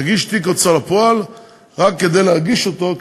יגיש תיק הוצאה לפועל רק כדי להגיש אותו,